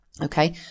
Okay